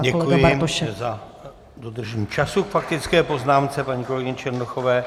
Děkuji za dodržení času k faktické poznámce paní kolegyně Černochové.